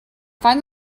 find